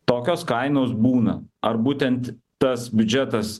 tokios kainos būna ar būtent tas biudžetas